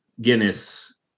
Guinness